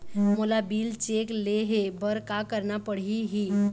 मोला bill check ले हे बर का करना पड़ही ही?